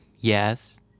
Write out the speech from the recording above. Yes